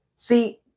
See